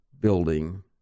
building